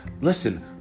Listen